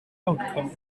outcome